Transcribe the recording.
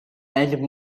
and